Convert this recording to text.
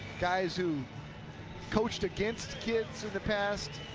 guys who coached against kids in the past,